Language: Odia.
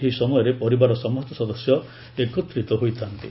ଏହି ସମୟରେ ପରିବାରର ସମସ୍ତ ସଦସ୍ୟ ଏକତ୍ରିତ ହୋଇଥାନ୍ତି